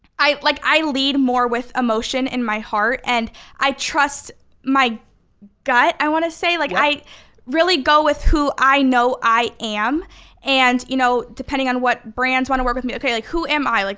i like i lead more with emotion in my heart and i trust my gut, i want to say. like i really go with who i know i am and you know depending on what brands want to work with me, like who am i, like